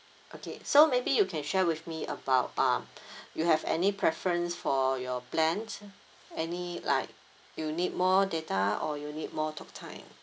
okay so maybe you can share with me about uh you have any preference for your plans any like you need more data or you need more talk time